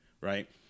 Right